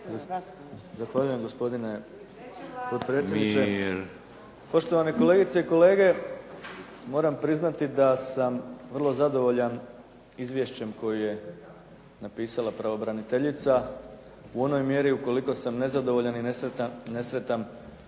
Zahvaljujem gospodine potpredsjedniče, poštovane kolegice i kolege, moram priznati da sam vrlo zadovoljan izvješćem koji je napisala pravobraniteljica u onoj mjeri ukoliko sam nezadovoljan i nesretan